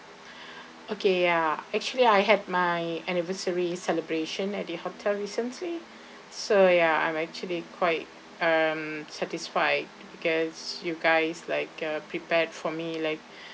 okay ya actually I had my anniversary celebration at the hotel recently so ya I'm actually quite um satisfied because you guys like uh prepared for me like